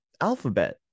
alphabet